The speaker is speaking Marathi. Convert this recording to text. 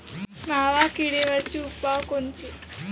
मावा किडीवरचे उपाव कोनचे?